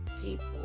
people